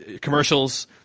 commercials